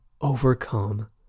overcome